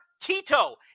Tito